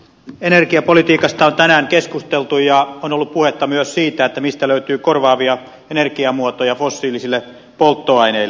energiapolitiikasta on tänään keskusteltu ja on ollut puhetta myös siitä mistä löytyy korvaavia energiamuotoja fossiilisille polttoaineille